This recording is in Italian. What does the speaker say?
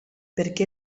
perché